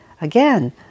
Again